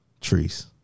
Trees